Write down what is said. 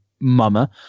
mama